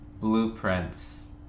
blueprints